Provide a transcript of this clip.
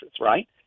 right